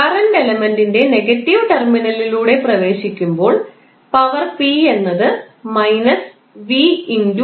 current എലമെൻറിൻറെ negative ടെർമിനലിലൂടെ പ്രവേശിക്കുമ്പോൾ പവർ പി എന്നത് −𝑣